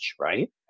right